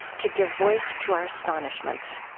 to give voice to our astonishments.